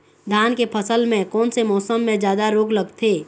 धान के फसल मे कोन से मौसम मे जादा रोग लगथे?